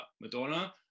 Madonna